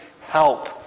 help